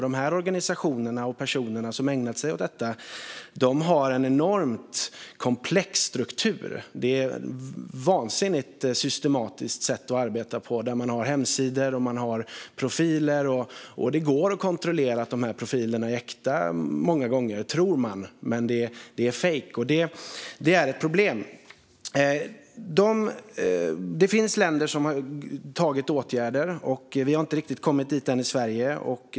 De organisationer och personer som ägnar sig åt detta har en enormt komplex struktur. Det är ett vansinnigt systematiskt sätt att arbeta på där man har hemsidor och profiler. Det går att kontrollera att profilerna är äkta många gånger, tror man, men det är fejk. Det är ett problem. Det finns länder som har vidtagit åtgärder. Vi har inte kommit dit än i Sverige.